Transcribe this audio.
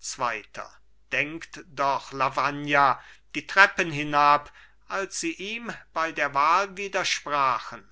zweiter denkt doch lavagna die treppen hinab als sie ihm bei der wahl widersprachen